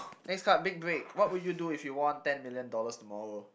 next card big break what will you do if you won ten million dollars tomorrow